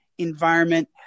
environment